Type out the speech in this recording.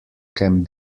can